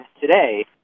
today